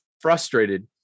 frustrated